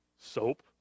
soap